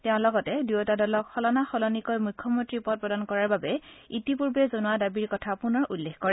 তেওঁ লগতে দুয়োটা দলক সলনা সলনিকৈ মুখ্যমন্ত্ৰী পদ প্ৰদান কৰাৰ বাবে ইতিপূৰ্বে জনোৱা দাবীৰ কথা পুনৰ উল্লেখ কৰে